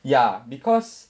ya because